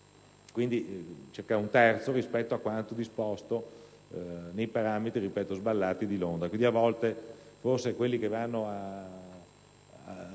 quindi circa un terzo rispetto a quanto disposto nei parametri, ripeto sballati, di Londra.